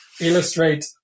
illustrate